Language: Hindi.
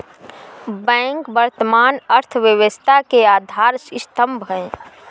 बैंक वर्तमान अर्थव्यवस्था के आधार स्तंभ है